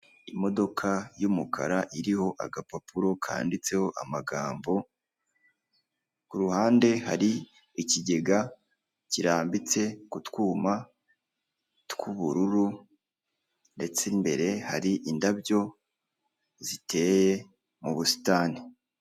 Imodoka y'umukara iriho agapapuro kanditseho amagambo, ku ruhande hari ikigega kirambitse kutwuma tw'ubururu, ndetse imbere hari indabyo ziteye mu busitani.